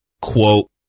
Quote